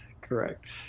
Correct